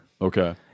Okay